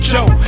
Joe